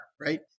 right